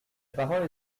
parole